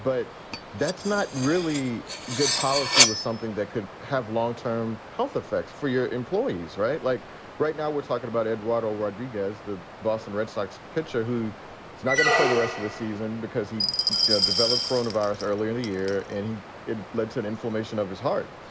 but that's not really good. policy was something that could have long term health effects for your employees. right. like right now we're talking about eduardo rodriguez, the boston red sox pitcher who is not going to play the rest of the season because he developed coronavirus earlier this year. and he it led to an inflammation of his heart.